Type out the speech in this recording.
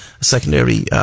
secondary